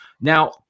Now